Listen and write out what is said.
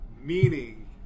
Meaning